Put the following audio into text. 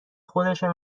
خودشم